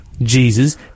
Jesus